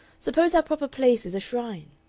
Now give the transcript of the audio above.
suppose our proper place is a shrine.